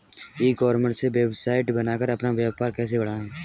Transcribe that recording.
ई commerce website बनाकर अपना व्यापार कैसे बढ़ाएँ?